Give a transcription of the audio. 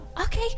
Okay